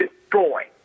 destroy